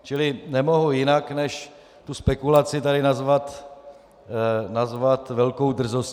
Čili nemohu jinak než tu spekulaci tady nazvat velkou drzostí.